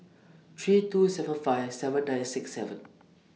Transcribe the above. three two seven five seven nine six seven